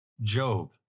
Job